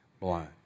blind